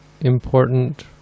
important